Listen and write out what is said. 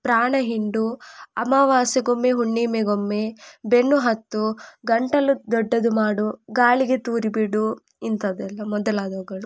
ಪ್ರಾಣ ಹಿಂಡು ಅಮವಾಸ್ಯೆಗೊಮ್ಮೆ ಹುಣ್ಣಿಮೆಗೊಮ್ಮೆ ಬೆನ್ನುಹತ್ತು ಗಂಟಲು ದೊಡ್ಡದು ಮಾಡು ಗಾಳಿಗೆ ತೂರಿ ಬಿಡು ಇಂಥದ್ದೆಲ್ಲಾ ಮೊದಲಾದವುಗಳು